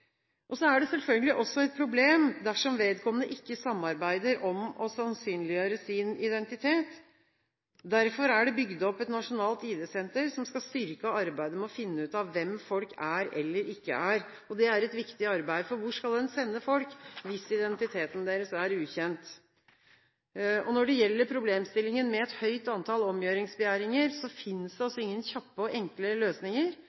30. Så er det selvfølgelig også et problem dersom vedkommende ikke samarbeider om å sannsynliggjøre sin identitet. Derfor er det bygd opp et nasjonalt ID-senter som skal styrke arbeidet med å finne ut av hvem folk er eller ikke er. Det er et viktig arbeid, for hvor skal en sende folk hvis identiteten deres er ukjent? Når det gjelder problemstillingen med et høyt antall omgjøringsbegjæringer, finnes det ingen kjappe og enkle løsninger.